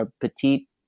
petite